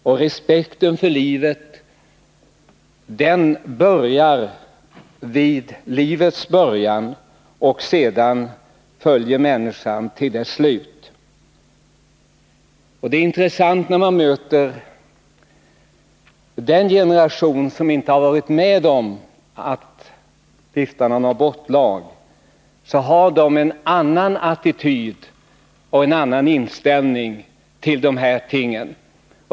Och respekten för livet börjar vid livets början och följer sedan människan till livets slut. När man möter den generation som inte har varit med om att stifta någon abortlag, så är det intressant att konstatera att den generationen har en annan inställning till de här tingen.